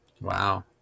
wow